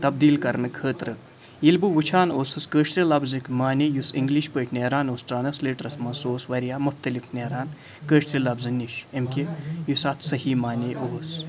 تبدیٖل کرنہٕ خٲطرٕ ییٚلہِ بہٕ وٕچھان اوسُس کٲشرِ لفظٕکۍ معنے یُس اِنٛگلِش پٲٹھۍ نیران اوس ٹرانسلیٹرس منٛز سُہ اوس وارِیاہ مختلف نیران کٲشرِ لفظہٕ نِش أمۍ کہِ یُس اَتھ صحیح معنے اوس